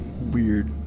Weird